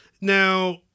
Now